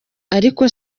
ariko